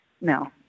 No